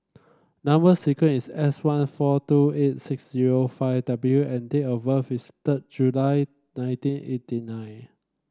number sequence is S one four two eight six zero five W and date of birth is third July nineteen eighty nine